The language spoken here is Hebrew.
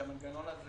שבו המנגנון הזה